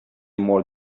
more